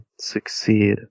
succeed